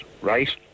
right